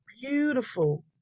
beautiful